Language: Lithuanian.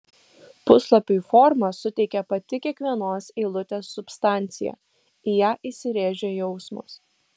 puslapiui formą suteikė pati kiekvienos eilutės substancija į ją įsirėžė jausmas